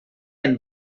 and